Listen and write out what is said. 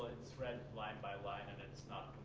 it's read line by line and it's not